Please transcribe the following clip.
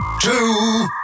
two